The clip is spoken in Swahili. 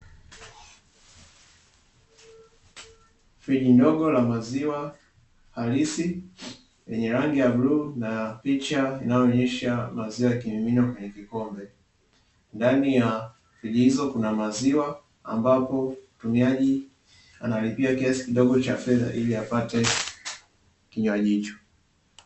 Friji ndogo la maziwa halisi lenye rangi ya buluu na picha inayoonesha maziwa yakimiminywa kwenye kikombe, ndani ya friji hizo kuna maziwa ambapo mtumiaji analipia kiasi kidogo cha fedha ili apate kinywaji hicho.